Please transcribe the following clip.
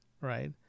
right